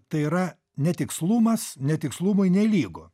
tai yra netikslumas netikslumui nelygu